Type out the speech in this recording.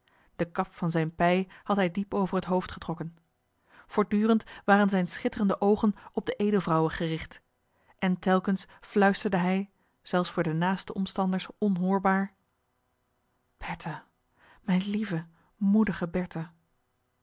de kap van zijne pij had hij diep over het hoofd getrokken voortdurend waren zijne schitterende oogen op de edelvrouwe gericht en telkens fluisterde hij zelfs voor de naaste omstanders onhoorbaar bertha mijne lieve moedige bertha